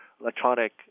electronic